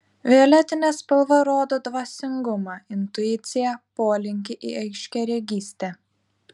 violetinė spalva rodo dvasingumą intuiciją polinkį į aiškiaregystę